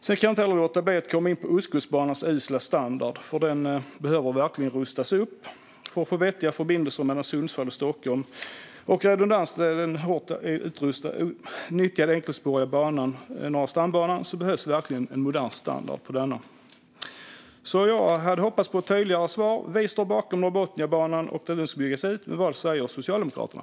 Sedan kan jag inte låta bli att komma in på Ostkustbanans usla standard. Man behöver verkligen rusta upp den för att få vettiga förbindelser mellan Sundsvall och Stockholm och redundans när det gäller den hårt nyttjade enkelspåriga Norra stambanan. Det behövs verkligen en modern standard på denna. Jag hade hoppats på tydligare svar. Vi står bakom Norrbotniabanan och att den ska byggas ut, men vad säger Socialdemokraterna?